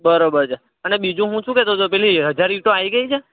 બરાબર છે અને બીજું હું શું કહેતો તો પેલી હજાર ઈંટો આવી ગઈ છે